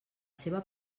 seva